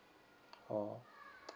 oh